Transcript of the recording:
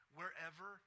wherever